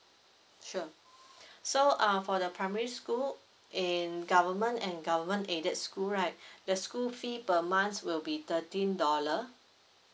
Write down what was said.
sure so uh for the primary school in government and government aided school right the school fee per months will be thirteen dollar